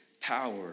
power